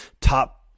top